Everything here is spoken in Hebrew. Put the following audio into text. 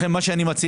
לכן אני מציע,